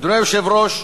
אדוני היושב-ראש,